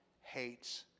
hates